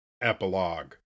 epilogue